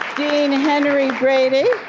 dean henry brady.